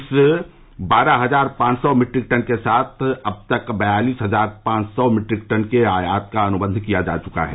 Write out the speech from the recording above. इस बारह हजार पांच सौ मीट्रिक टन के साथ अब तक बयालिस हजार पांच सौ मीट्रिक टन के आयात का अनुबंध किया जा चुका है